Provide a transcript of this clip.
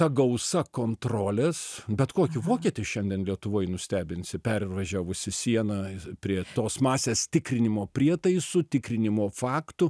ta gausa kontrolės bet kokį vokietį šiandien lietuvoj nustebinsi pervažiavusi sieną prie tos masės tikrinimo prietaisų tikrinimo faktų